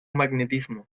magnetismo